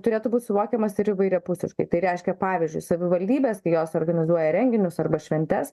turėtų būt suvokiamas ir įvairiapusiškai tai reiškia pavyzdžiui savivaldybės kai jos organizuoja renginius arba šventes